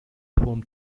home